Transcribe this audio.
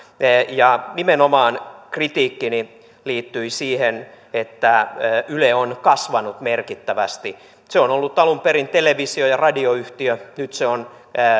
ja nimenomaan kritiikkini liittyi siihen että yle on kasvanut merkittävästi se on ollut alun perin televisio ja radioyhtiö nyt se on